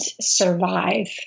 survive